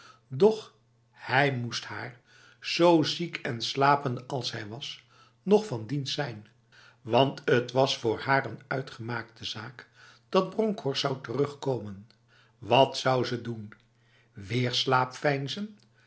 doch hij moest haar zo ziek en slapende als hij was nog van dienst zijn want t was voor haar een uitgemaakte zaak dat bronkhorst zou terugkomen wat zou ze doen weer slaap veinzen